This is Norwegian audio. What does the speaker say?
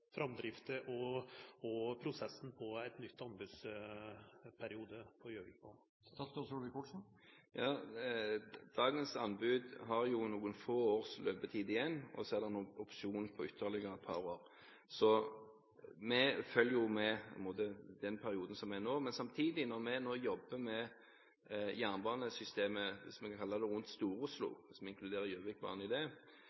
Dagens anbud har jo noen få års løpetid igjen, og så er det en opsjon på ytterligere et par år. Vi følger med i den perioden som er nå. Vi jobber nå med jernbanesystemet rundt det jeg kaller Stor-Oslo, og hvis vi inkluderer Gjøvikbanen i det, kan jeg opplyse at det